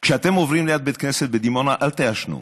כשאתם עוברים ליד בית כנסת בדימונה אל תעשנו,